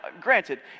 granted